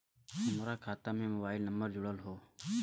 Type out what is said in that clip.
हमार खाता में मोबाइल नम्बर जुड़ल हो?